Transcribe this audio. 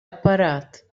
apparat